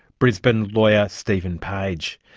brisbane lawyer stephen page.